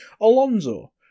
Alonso